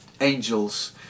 angels